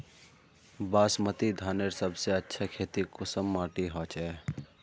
बासमती धानेर सबसे अच्छा खेती कुंसम माटी होचए?